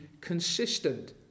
consistent